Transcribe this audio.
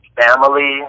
family